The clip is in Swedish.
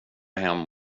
hem